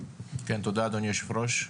תודה אדוני היושב ראש.